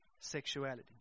sexuality